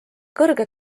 kõrge